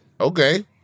Okay